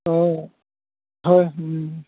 অঁ হয়